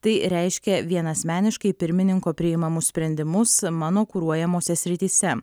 tai reiškia vienasmeniškai pirmininko priimamus sprendimus mano kuruojamose srityse